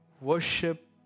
worship